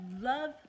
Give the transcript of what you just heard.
love